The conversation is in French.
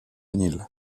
nil